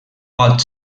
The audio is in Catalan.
pot